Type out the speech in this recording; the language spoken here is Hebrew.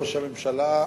ראש הממשלה,